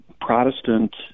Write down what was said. Protestant